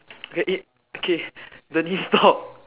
okay okay stop